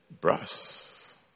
brass